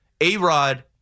A-Rod